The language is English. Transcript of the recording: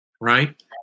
right